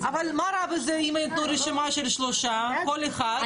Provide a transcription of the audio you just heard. --- אבל מה רע בזה אם אין פה רשימה של שלושה כל אחד?